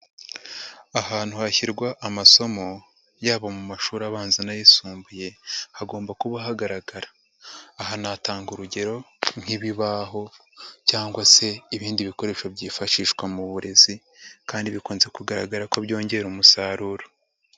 Ahantu hashyirwa amasomo yaba mu mashuri abanza n'ayisumbuye hagomba kuba hagaragara. Aha natanga urugero nk'ibibaho cyangwa se ibindi bikoresho byifashishwa mu burezi kandi bikunze kugaragara ko byongera umusaruro.